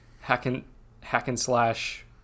hack-and-slash